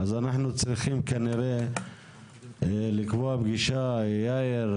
אנחנו צריכים לקבוע פגישה עם יאיר,